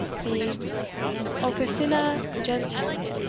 the officina gentium,